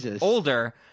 older